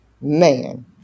Man